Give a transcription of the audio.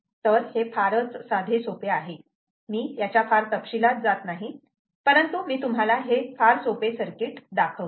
तर हे फारच साधे सोपे आहे मी याच्या फार तपशीलवार जात नाही परंतु मी तुम्हाला हे फार सोपे सर्किट दाखवतो